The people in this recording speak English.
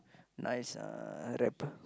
nice uh rapper